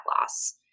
loss